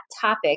topic